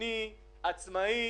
עצמאי